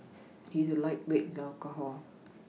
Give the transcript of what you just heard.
he is a lightweight in alcohol